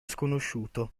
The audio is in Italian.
sconosciuto